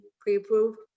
pre-approved